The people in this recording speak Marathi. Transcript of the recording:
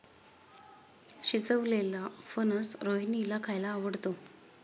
शिजवलेलेला फणस रोहिणीला खायला आवडतो